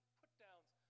put-downs